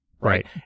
Right